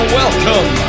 welcome